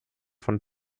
von